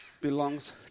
belongs